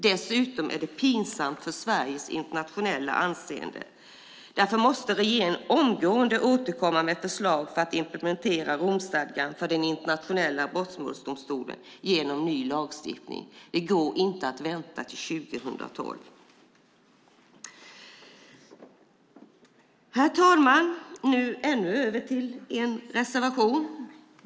Dessutom är det pinsamt för Sveriges internationella anseende. Därför måste regeringen omgående återkomma med ett förslag för att implementera Romstadgan för den internationella brottmålsdomstolen genom ny lagstiftning. Det går inte att vänta till 2012. Herr talman! Så över till en annan reservation.